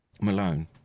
malone